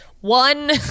one